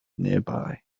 nearby